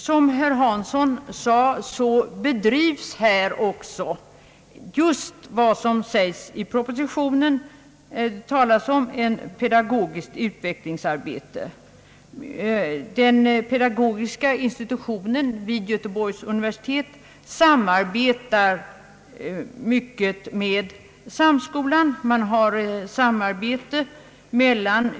Som herr Hansson sade, bedrivs här just vad det talades om i propositionen, nämligen ett pedagogiskt utvecklingsarbete, Den pedagogiska institutionen vid Göteborgs universitet samarbetar med Samskolan.